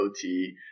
OT